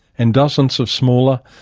and dozens of smaller,